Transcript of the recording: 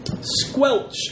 squelch